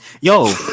Yo